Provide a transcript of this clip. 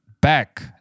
back